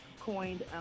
coined